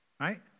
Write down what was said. Right